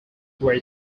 were